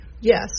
Yes